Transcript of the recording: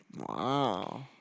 Wow